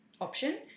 option